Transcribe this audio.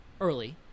early